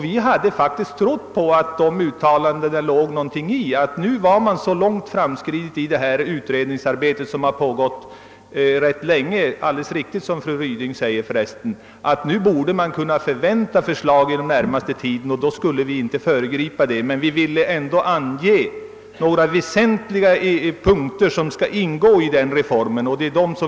Vi trodde faktiskt att det låg något i uttalandena att utredningsarbetet — som redan pågått mycket lång tid, vilket fru Ryding helt riktigt påpekade — nu hade fortskridit så långt, att förslag kunde väntas föreligga inom den närmaste tiden. Vi ville därför inte föregripa dessa förslag, men vi ville ändå ange några väsentliga punkter som borde ingå i reformen.